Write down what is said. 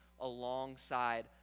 alongside